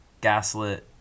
gaslit